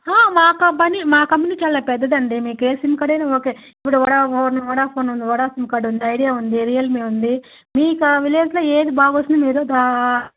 మా company company చాలా పెద్దది అండి మీకు ఏ సిమ్ కార్డ్ అయిన ఓకే ఇప్పుడు ఒడాఫోన్ ఒడాఫోన్ ఉంది ఒడా సిమ్ కార్డు ఉంది ఐడియా ఉంది రియల్మీ ఉంది మీకా విలేజ్లో ఏది బాగా వస్తుందో మీరు దా